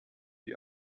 die